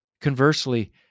conversely